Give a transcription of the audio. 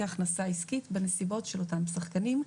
כהכנסה עסקית בנסיבות של אותם שחקנים.